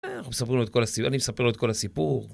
אנחנו מספרים לו את כל ה.. אני מספר לו את כל הסיפור.